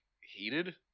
heated